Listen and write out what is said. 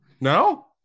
no